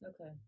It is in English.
Okay